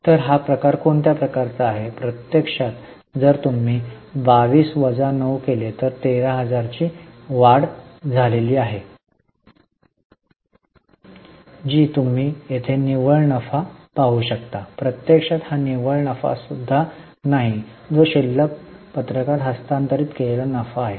तर हा प्रकार कोणत्या प्रकारात आहे प्रत्यक्षात जर तुम्ही 22 वजा 9 केले तर येथे 13000 ची वाढ झाली आहे जी तुम्ही येथे निव्वळ नफा पाहू शकता प्रत्यक्षात हा निव्वळ नफासुद्धा नाही जो शिल्लक पत्रकात हस्तांतरित केलेला नफा आहे